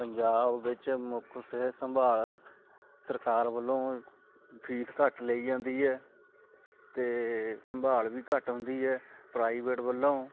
ਪੰਜਾਬ ਵਿੱਚ ਮੁੱਖ ਸਿਹਤ ਸੰਭਾਲ ਸਰਕਾਰ ਵੱਲੋਂ ਫੀਸ ਘੱਟ ਲਈ ਜਾਂਦੀ ਹੈ ਅਤੇ ਸੰਭਾਲ ਵੀ ਘੱਟ ਹੁੰਦੀ ਹੈ ਪ੍ਰਾਈਵੇਟ ਵੱਲੋਂ